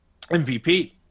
MVP